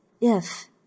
if